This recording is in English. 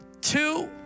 Two